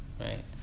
right